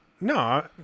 No